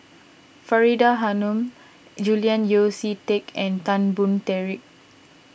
Faridah Hanum Julian Yeo See Teck and Tan Boon